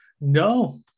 no